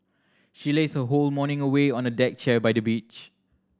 she lazed her whole morning away on a deck chair by the beach